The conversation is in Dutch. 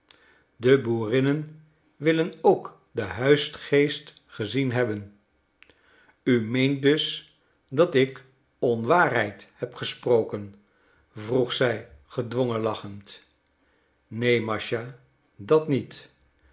de boerinnen willen ook den huisgeest gezien hebben u meent dus dat ik onwaarheid heb gesproken vroeg zij gedwongen lachend neen mascha dat niet